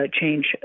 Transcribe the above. change